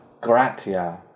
gratia